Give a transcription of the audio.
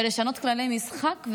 ולשנות כללי משחק,